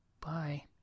Bye